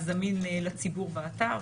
זמין לציבור באתר.